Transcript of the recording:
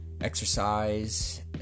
Exercise